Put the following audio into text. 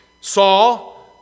Saul